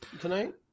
tonight